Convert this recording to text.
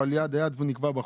נקבע בחוק.